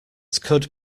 could